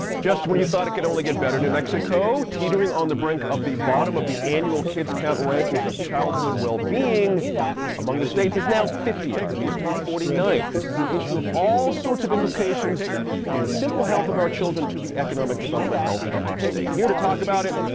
just when you thought it could only get better, new mexico, teetering on the brink of the bottom of the annual kids count rankings of childhood wellbeing among the states is now fiftieth, we used to be forty ninth. this is an issue of all sorts of implications from the simple health of our children to the economic development health of our state. here to talk about it,